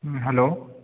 ہوں ہلو